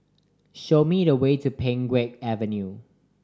show me the way to Pheng Geck Avenue